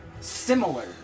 similar